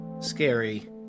scary